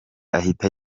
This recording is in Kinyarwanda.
ahita